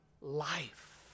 life